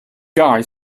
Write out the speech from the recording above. guy